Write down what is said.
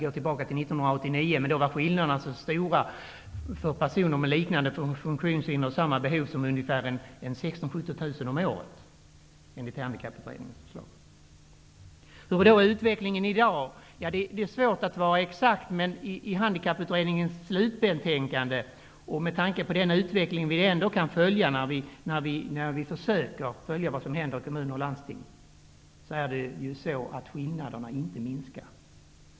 År 1989 var skillnaderna mellan personer med liknande funktionshinder och samma behov så stora som 16 000--17 000 kr om året. Hurdan är då utvecklingen i dag? Det är svårt att vara exakt, men enligt Handikapputredningens slutbetänkande och med tanke på den utveckling vi kan följa i kommuner och landsting, är det så att skillnaderna inte minskar.